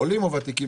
עולים או ותיקים,